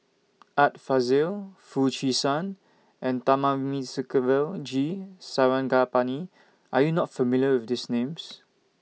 Art Fazil Foo Chee San and Thamamisukuvel G Sarangapani Are YOU not familiar with These Names